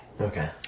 Okay